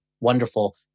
wonderful